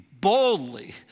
boldly